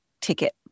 ticket